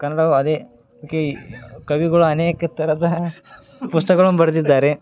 ಕನ್ನಡವು ಅದೇ ಕೆ ಕವಿಗಳು ಅನೇಕ ಥರದ ಪುಸ್ತಕಗಳನ್ನು ಬರೆದಿದ್ದಾರೆ